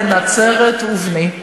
בן נצרת ובני/